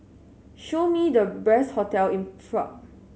show me the best hotel in Prague